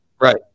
Right